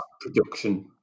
production